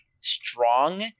strong